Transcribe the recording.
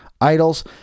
idols